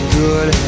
good